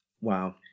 Wow